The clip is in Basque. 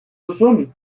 duzun